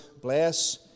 bless